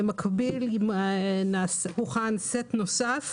במקביל הוכן סט נוסף